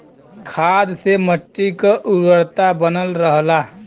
खाद से मट्टी क उर्वरता बनल रहला